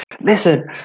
Listen